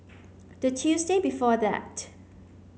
the Tuesday before that